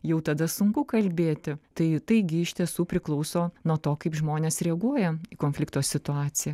jau tada sunku kalbėti tai taigi iš tiesų priklauso nuo to kaip žmonės reaguoja į konflikto situaciją